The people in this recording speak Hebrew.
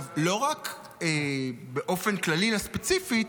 לא רק באופן כללי אלא ספציפית,